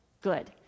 good